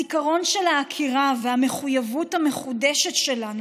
הזיכרון של העקירה והמחויבות המחודשת שלנו